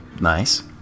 Nice